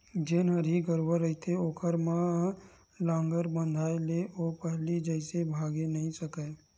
जेन हरही गरूवा रहिथे ओखर म लांहगर बंधाय ले ओ पहिली जइसे भागे नइ सकय